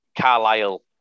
Carlisle